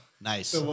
Nice